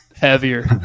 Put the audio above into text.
Heavier